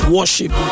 Worship